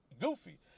goofy